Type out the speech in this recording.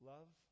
Love